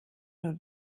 nur